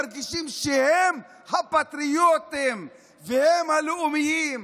מרגישים שהם הפטריוטים והם הלאומיים.